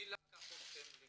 מי לקח אתכם לקנות?